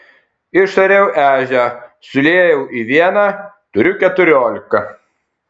išariau ežią suliejau į vieną turiu keturiolika